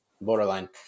borderline